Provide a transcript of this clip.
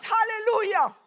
Hallelujah